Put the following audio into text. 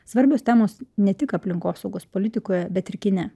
svarbios temos ne tik aplinkosaugos politikoje bet ir kine